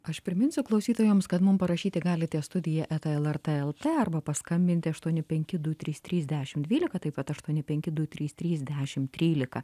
aš priminsiu klausytojams mum parašyti galite studija eta lrt lt arba paskambinti aštuoni penki du trys trys dešim dvylika taip pat aštuoni penki du trys trys dešim trylika